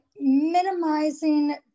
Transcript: minimizing